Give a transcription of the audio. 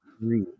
three